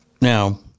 Now